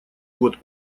год